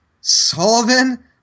Sullivan